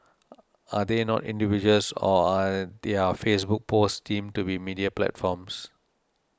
are they not individuals or are their Facebook posts deemed to be media platforms